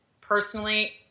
personally